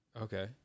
Okay